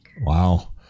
Wow